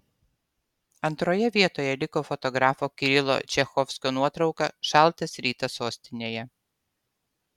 antroje vietoje liko fotografo kirilo čachovskio nuotrauka šaltas rytas sostinėje